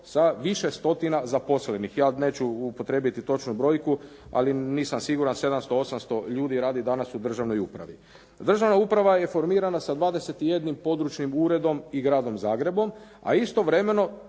sa više stotina zaposlenih. Ja neću upotrijebiti točnu brojku, ali nisam siguran 700, 800 ljudi radi danas u državnoj upravi. Državna uprava je formirana sa 21 područnim uredom i Gradom Zagrebom, a istovremeno